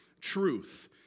truth